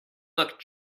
look